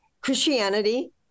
Christianity